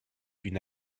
une